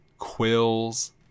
quills